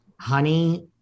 honey